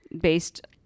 based